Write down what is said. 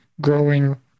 growing